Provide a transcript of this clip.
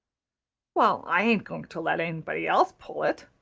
well, i ain't going to let anybody else pull it,